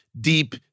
deep